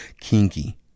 kinky